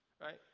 right